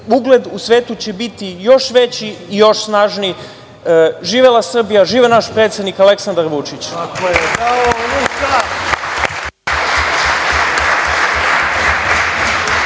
ugled u svetu će biti još veći i još snažniji. Živela Srbija, živeo naš predsednik Aleksandar Vučić.